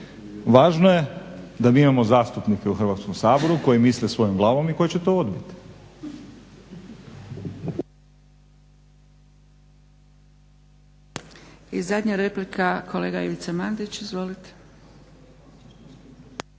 važno je da mi imamo zastupnike u Hrvatskom saboru koji misle svojom glavom i koji će to odbiti.